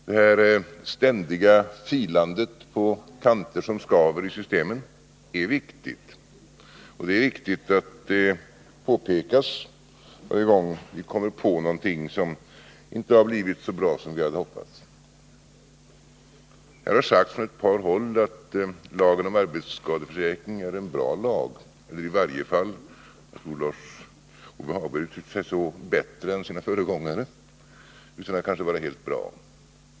Det ständiga filandet på kanter som skaver i systemen är viktigt, och det är angeläget att det påpekas varje gång vi kommer på något som inte har blivit så bra som vi hade hoppats. Här har sagts från ett par håll att lagen om arbetsskadeförsäkring är en bra lag, eller i varje fall — jag tror att Lars-Ove Hagberg uttryckte sig så — bättre än sina föregångare, kanske utan att vara helt bra.